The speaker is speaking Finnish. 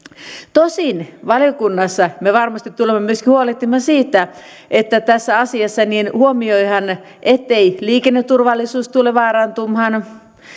tosin valiokunnassa me varmasti tulemme myöskin huolehtimaan siitä että tässä asiassa huomioidaan ettei liikenneturvallisuus tule vaarantumaan